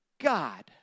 God